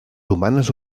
humanes